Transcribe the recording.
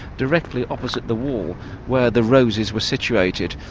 directly opposite the wall where the roses were situated,